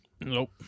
Nope